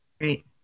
great